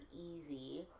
easy